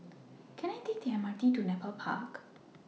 Can I Take The MRT to Nepal Park